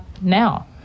now